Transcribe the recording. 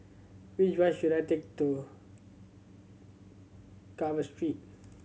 which bus should I take to Carver Street